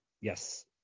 Yes